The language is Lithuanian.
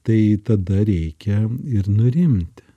tai tada reikia ir nurimti